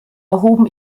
erhoben